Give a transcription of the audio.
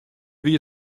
wie